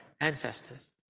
ancestors